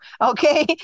okay